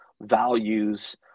values